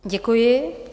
Děkuji.